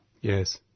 Yes